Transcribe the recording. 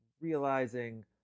realizing